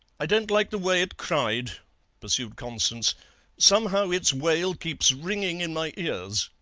i don't like the way it cried pursued constance somehow its wail keeps ringing in my ears